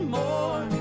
more